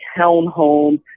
townhomes